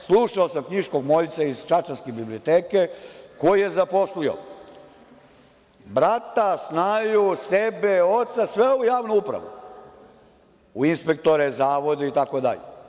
Slušao sam knjiškog moljca iz čačanske biblioteke, koji je zaposlio brata, snaju, sebe, oca, sve u javnu upravu, u inspektore, zavode itd.